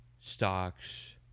stocks